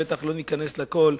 בוודאי לא ניכנס לכול,